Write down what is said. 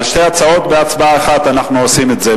על שתי ההצעות, בהצבעה אחת אנחנו עושים את זה.